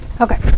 Okay